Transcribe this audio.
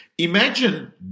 Imagine